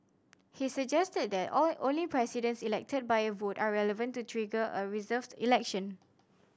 he suggested that only Presidents elected by a vote are relevant to trigger a reserved election